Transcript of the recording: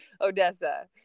Odessa